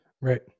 Right